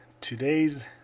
today's